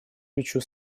плечу